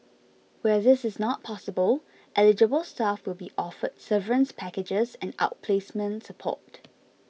where this is not possible eligible staff will be offered severance packages and outplacement support